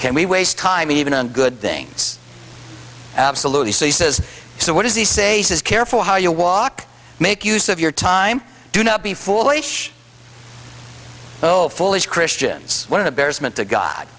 can we waste time even on good things absolutely so he says so what does he say says careful how you walk make use of your time do not be foolish oh foolish christians one of the bears meant t